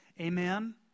Amen